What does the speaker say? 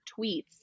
tweets